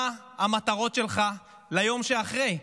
מה המטרות שלך ליום שאחרי?